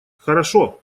хорошо